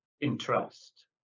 interest